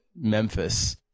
Memphis